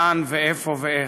איפה ואיך.